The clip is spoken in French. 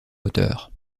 moteur